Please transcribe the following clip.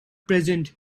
present